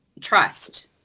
trust